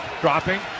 dropping